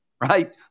Right